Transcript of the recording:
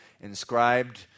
inscribed